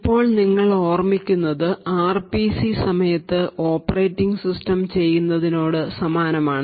ഇപ്പോൾ നിങ്ങൾ ഓർമിക്കുന്നത് ആർപിസി സമയത്ത് ഓപ്പറേറ്റിംഗ് സിസ്റ്റം ചെയ്യുന്നതിനോട് സമാനമാണ്